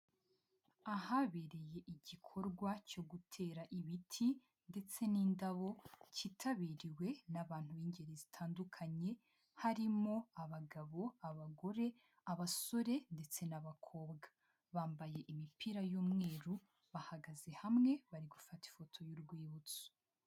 Ahabereye igikorwa cyo gutera ibiti ndetse n'indabo kitabiriwe n'abantu b'ingeri zitandukanye, harimo abagabo, abagore, abasore ndetse n'abakobwa. Bambaye imipira y'umweru, bahagaze hamwe bari gufata ifoto y'urwibutso.